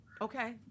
Okay